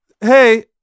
hey